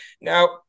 Now